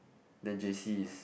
then J_C is